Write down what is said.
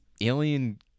Alien